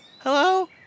Hello